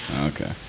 Okay